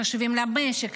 חשובים למשק,